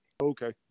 Okay